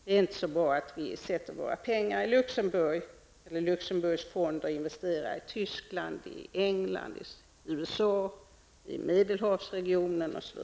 Det är inte så bra att vi sätter våra pengar i Luxemburgs fonder och investerar i